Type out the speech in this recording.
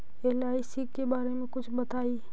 LIC के बारे मे कुछ बताई?